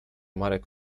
marek